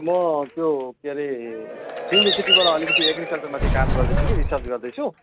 म त्यो के अरे युनिभर्सिटीबाट अलिकति एग्रिकल्चरमाथि काम गर्दैछु कि रिसर्च गर्दैछु